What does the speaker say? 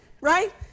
right